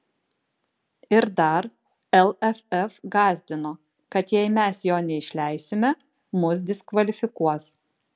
ir dar lff gąsdino kad jei mes jo neišleisime mus diskvalifikuos